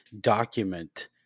document